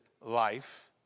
life